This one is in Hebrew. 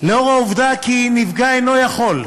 לאור העובדה כי נפגע אינו יכול,